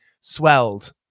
swelled